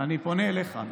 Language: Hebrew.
אליך,